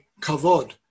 kavod